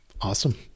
Awesome